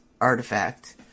artifact